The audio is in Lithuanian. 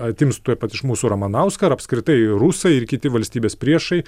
atims tuoj pat iš mūsų ramanauską ar apskritai rusai ir kiti valstybės priešai